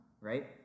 right